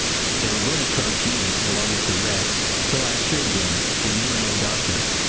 they were going to charge you along with the rest, till i assured them that you were no doctor,